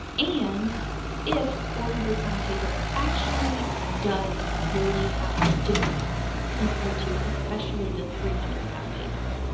and if four hundred lb paper actually does really have a difference compared to especially the three hundred lb paper.